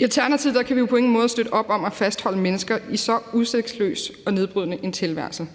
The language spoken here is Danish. I Alternativet kan vi på ingen måde støtte op om at fastholde mennesker i så udsigtsløs og nedbrydende en tilværelse,